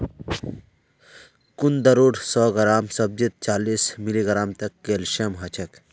कुंदरूर सौ ग्राम सब्जीत चालीस मिलीग्राम तक कैल्शियम ह छेक